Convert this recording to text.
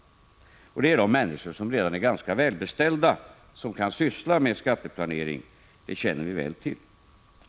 Det är också väl bekant att det är de människor som redan är ganska välbeställda som kan syssla med skatteplanering.